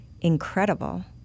incredible